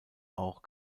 auch